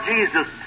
Jesus